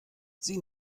sie